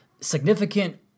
significant